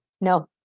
No